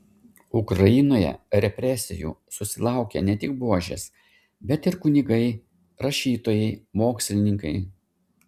ukrainoje represijų susilaukė ne tik buožės bet ir kunigai rašytojai mokslininkai